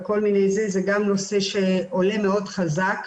זה גם נושא שעולה מאוד חזק.